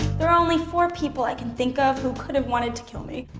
there are only for people i can think of who could have wanted to kill me.